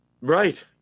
right